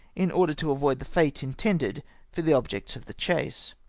in order to avoid the fate intended for the objects of the chase.